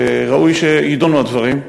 ראוי שיידונו הדברים,